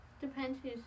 Depends